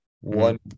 one